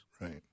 Right